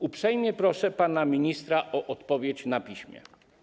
Uprzejmie proszę pana ministra o odpowiedź na piśmie.